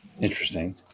Interesting